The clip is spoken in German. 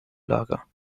lager